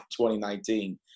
2019